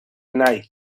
nike